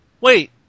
wait